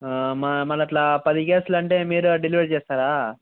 ఆ మ మళ్ళీ అలా పది కేసులు అంటే మీరే డెలివెరీ చేస్తారా